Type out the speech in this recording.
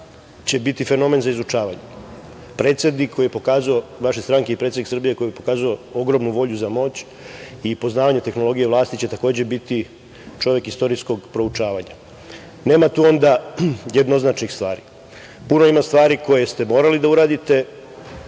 će biti fenomen za izučavanje. Predsednik vaše stranke i predsednik Srbije, koji je pokazao ogromnu volju za moć i poznavanje tehnologije vlasti će takođe biti čovek istorijskog proučavanja. Nema tu onda jednoznačnih stvari. Puno ima stvari koje ste morali da uradite